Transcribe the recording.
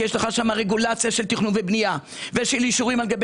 כי יש רגולציה של תכנון ובנייה ושל אישורים על גבי